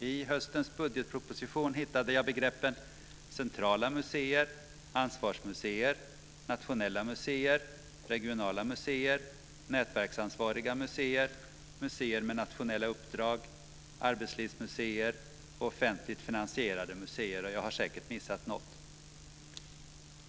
I höstens budgetproposition hittade jag begreppen "centrala museer", "ansvarsmuseer", "nätverksansvariga museer", "museer med nationella uppdrag", "arbetslivsmuseer" och "offentligt finansierade museer". Jag har säkert missat något.